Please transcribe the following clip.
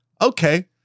Okay